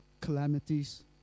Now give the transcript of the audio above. calamities